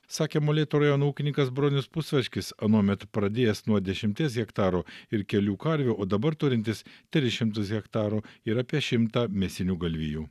sakė molėtų rajono ūkininkas bronius pusvaškis anuomet pradėjęs nuo dešimties hektarų ir kelių karvių o dabar turintis tris šimtus hektarų ir apie šimtą mėsinių galvijų